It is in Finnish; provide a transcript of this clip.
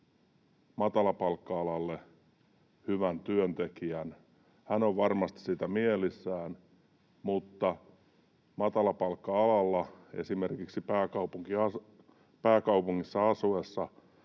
matalapalkka-alalle hyvän työntekijän, hän on varmasti siitä mielissään, mutta matalapalkka-alalla esimerkiksi pääkaupungissa asuessa